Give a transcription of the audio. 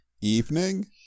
Evening